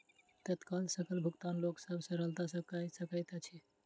तत्काल सकल भुगतान लोक सभ सरलता सॅ कअ सकैत अछि